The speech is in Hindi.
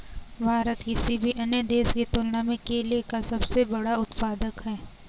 भारत किसी भी अन्य देश की तुलना में केले का सबसे बड़ा उत्पादक है